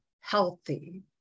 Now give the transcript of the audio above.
healthy